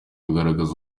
kugaragaza